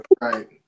right